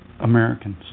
Americans